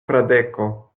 fradeko